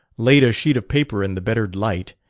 laid a sheet of paper in the bettered light,